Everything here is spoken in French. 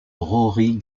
rory